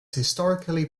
historically